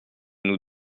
nous